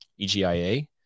EGIA